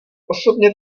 osobně